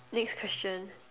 next question